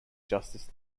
justice